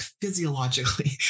physiologically